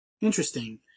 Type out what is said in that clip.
Interesting